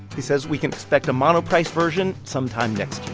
he says we can expect a monoprice version sometime next